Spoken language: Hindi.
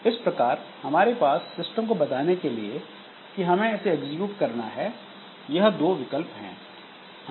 इस प्रकार हमारे पास सिस्टम को बताने के लिए कि हमें इसे एग्जीक्यूट करना है यह दो विकल्प हैं